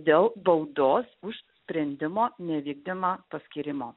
dėl baudos už sprendimo nevykdymą paskyrimo